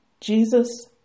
Jesus